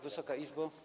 Wysoka Izbo!